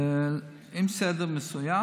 עם סדר מסוים.